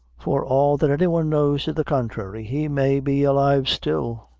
for all that any one knows to the contrary, he may be alive still.